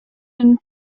den